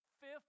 fifth